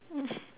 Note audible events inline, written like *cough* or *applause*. mm *breath*